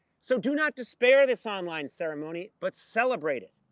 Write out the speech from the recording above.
so do not despair this online ceremony, but celebrate it.